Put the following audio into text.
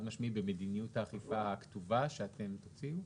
משמעי במדיניות האכיפה הכתובה שאתם תוציאו?